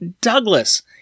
Douglas